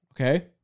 Okay